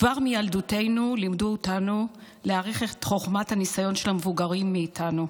כבר מילדותנו לימדו אותנו להעריך את חוכמת הניסיון של המבוגרים מאיתנו.